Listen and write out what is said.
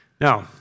Now